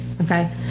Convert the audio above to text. okay